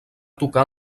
tocar